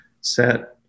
set